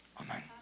amen